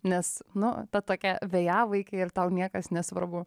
nes nu ta tokia vėjavaikė ir tau niekas nesvarbu